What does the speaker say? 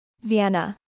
Vienna